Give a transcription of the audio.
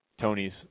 Tony's